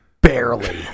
Barely